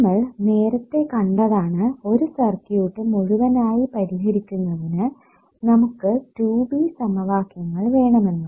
നമ്മൾ നേരത്തെ കണ്ടതാണ് ഒരു സർക്യൂട്ട് മുഴുവനായി പരിഹരിക്കുന്നതിന് നമുക്ക് 2B സമവാക്യങ്ങൾ വേണമെന്ന്